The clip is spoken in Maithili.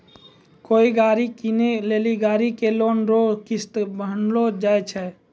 कोय गाड़ी कीनै लेली गाड़ी के लोन रो किस्त बान्हलो जाय छै